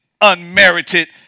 unmerited